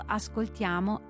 ascoltiamo